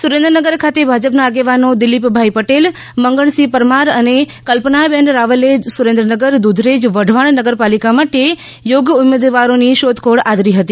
સુરેન્દ્રનગર ખાતે ભાજપના આગેવાનો દિલીપભાઇ પટેલ મંગળસિંહ પરમાર અને કલ્પનાબેન રાવલે સુરેન્દ્રનગર દુધરેજ વઢવાણ નગરપાલિકા માટે યોગ્ય ઉમેદવારોની શોધખોળ આદરી હતી